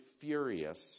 furious